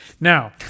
Now